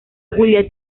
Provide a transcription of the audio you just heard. julia